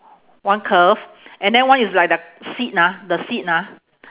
one curve and then one is like the seat ah the seat ah